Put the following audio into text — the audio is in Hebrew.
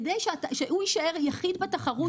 כדי שהוא יישאר יחיד בתחרות,